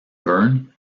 byrne